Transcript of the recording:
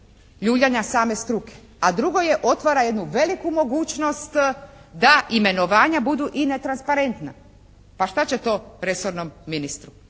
ljuljanja same struke, a drugo je, otvara jednu veliku mogućnost da imenovanja budu i netransparentna, pa šta će to resornom ministru.